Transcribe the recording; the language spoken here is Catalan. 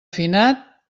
finat